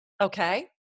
Okay